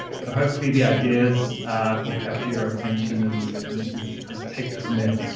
but hopefully the ideas will capture your attention and and we can kind of take it from there.